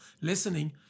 listening